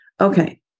Okay